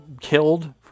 killed